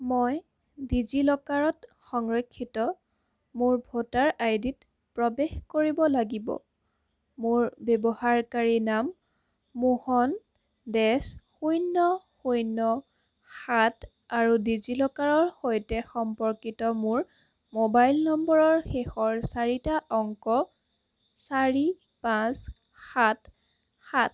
মই ডিজি লকাৰত সংৰক্ষিত মোৰ ভোটাৰ আইডিত প্ৰৱেশ কৰিব লাগিব মোৰ ব্যৱহাৰকাৰী নাম মোহন দেছ শূণ্য শূণ্য সাত আৰু ডিজি লকাৰৰ সৈতে সম্পৰ্কিত মোৰ মোবাইল নম্বৰৰ শেষৰ চাৰিটা অংক চাৰি পাঁচ সাত সাত